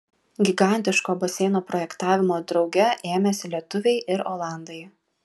gigantiško baseino projektavimo drauge ėmėsi lietuviai ir olandai